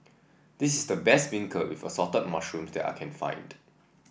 this is the best beancurd with assorted mushroom that I can find